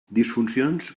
disfuncions